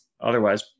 otherwise